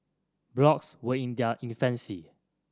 blogs were in their infancy